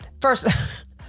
first